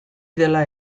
dela